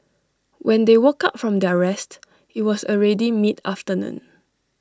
when they woke up from their rest IT was already mid afternoon